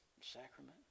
sacrament